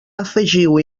afegiu